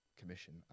commission